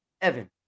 Evan